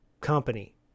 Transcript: company